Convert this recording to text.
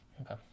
okay